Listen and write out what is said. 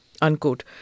unquote